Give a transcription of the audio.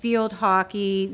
field hockey